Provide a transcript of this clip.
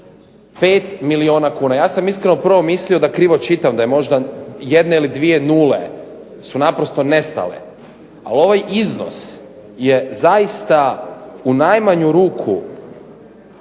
5 milijuna kuna. Ja sam iskreno prvo mislio da krivo čitam, da možda jedne ili dvije nule su naprosto nestale. Ali ovaj iznos je zaista u najmanju ruku